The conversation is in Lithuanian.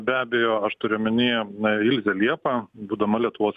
be abejo aš turiu omenyje na ilzę liepą būdama lietuvos